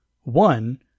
one